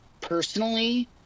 personally